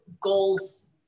goals